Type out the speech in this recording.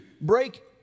break